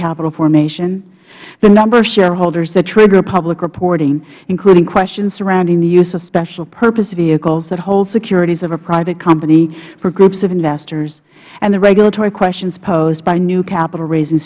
capital formation the number of shareholders that trigger public reporting including questions surrounding the use of specialpurpose vehicles that hold securities of a private company for groups of investors and the regulatory questions posed by new capital raisin